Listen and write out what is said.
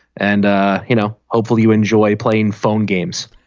and you know hopefully you enjoy playing phone games.